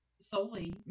solely